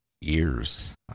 years